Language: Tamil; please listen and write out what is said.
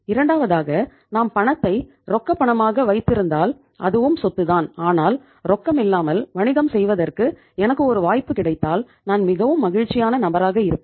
இரண்டாவதாக நாம் பணத்தை ரொக்கப் பணமாக வைத்திருந்தால் அதுவும் சொத்துதான் ஆனால் ரொக்கமில்லாமல் வணிகம் செய்வதற்கு எனக்கு ஒரு வாய்ப்பு கிடைத்தால் நான் மிகவும் மகிழ்ச்சியான நபராக இருப்பேன்